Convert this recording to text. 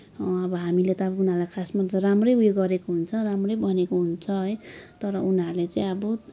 अब हामीले त अब उनीहरूलाई खासमा त राम्रै उयो गरेको हुन्छ राम्रै भनेको हुन्छ है तर उनीहरूले चाहिँ अब